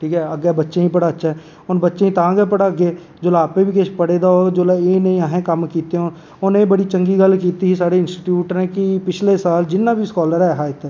ठीक ऐ अग्गै बच्चें गी पढ़ाचै बच्चें गी तां गै पढ़ाचै ते जेल्लै आपें बी किश पढ़े दा होग जेल्लै एह् नेह् कम्म असें कीते दे होन हून एह् बड़ी चंगी गल्ल कीती ही साढ़े इंस्टीच्यूट नै कि पिछले साल जिन्ना बी स्कॉलर ऐहा इत्थै